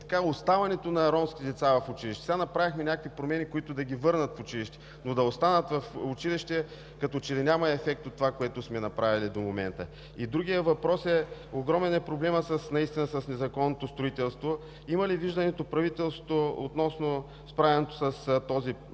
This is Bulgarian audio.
до оставането на ромските деца в училище? Сега направихме някои промени, които да ги върнат в училище, но да останат в училище, като че ли няма ефект от това, което сме направили до момента?! Другият въпрос е за огромния проблем с незаконното строителство. Има ли виждане правителството относно справянето с този